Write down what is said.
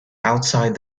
outside